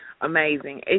Amazing